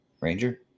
Ranger